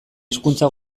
hizkuntza